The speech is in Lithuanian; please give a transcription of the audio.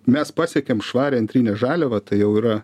mes pasiekėm švarią antrinę žaliavą tai jau yra